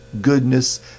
goodness